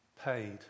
paid